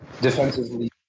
defensively